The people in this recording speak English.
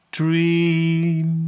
dream